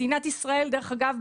דרך אגב,